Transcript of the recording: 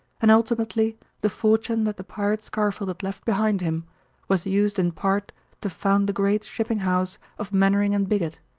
and ultimately the fortune that the pirate scarfield had left behind him was used in part to found the great shipping house of mainwaring and bigot,